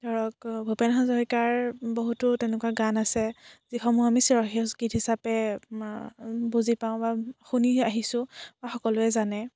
ধৰক ভূপেন হাজৰীকাৰ বহুতো তেনেকুৱা গান আছে যিসমুহ আমি চিৰসেউজ গীত হিচাপে বুজি পাওঁ বা শুনি আহিছোঁ বা সকলোৱে জানে